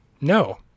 no